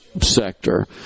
sector